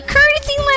Courtesy